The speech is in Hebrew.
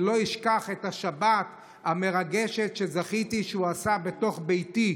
אני לא אשכח את השבת המרגשת שזכיתי שהוא עשה בתוך ביתי.